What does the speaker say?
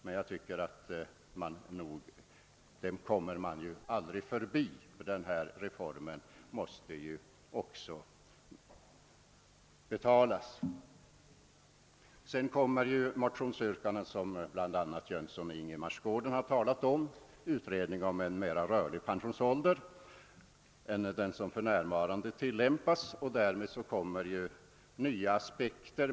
Men det går inte att komma förbi att reformen också måste betalas. Motionsyrkandena om utredning av frågan om en mera rörlig pensionsålder än den som för närvarande tilllämpas har redovisats av bl.a. herr Jönsson i Ingemarsgården.